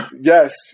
Yes